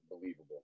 believable